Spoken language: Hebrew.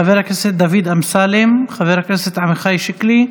חבר הכנסת דוד אמסלם, חבר הכנסת עמיחי שיקלי.